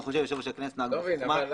אני חושב שיושב-ראש הכנסת נהג בחכמה.